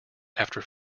after